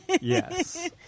Yes